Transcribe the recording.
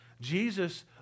Jesus